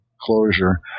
closure